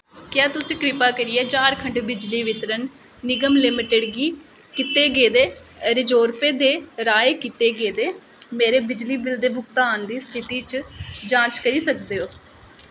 क्या तुस कृपा करियै झारखंड बिजली वितरण निगम लिमिटेड गी कीत्ते गेदे रेजोरपे दे राहें कीते गेदे मेरे बिजली बिल दे भुगतान दी स्थिति दी जांच करी सकदे ओ